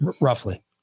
Roughly